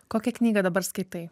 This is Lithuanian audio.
kokią knygą dabar skaitai